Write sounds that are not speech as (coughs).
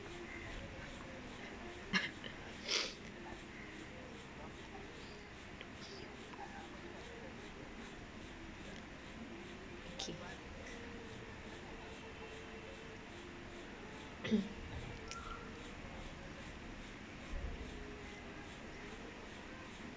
(coughs) (noise) okay (coughs)